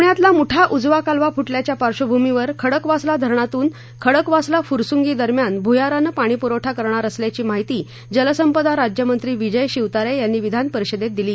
प्रण्यातला मुठा उजवा कालवा फुटल्याच्या पार्श्वभूमीवर खडकवासला धरणातून खडकवासला फुरसुंगी दरम्यान भूयारानं पाणीपुरवठा करणार असल्याची माहिती जलसंपदा राज्यमंत्री विजय शिवतारे यांनी विधानपरिषदेत दिली